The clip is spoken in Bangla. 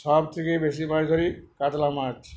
সব থেকেই বেশি পয়ে ধরি কাতলা মাছ